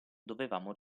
dovevamo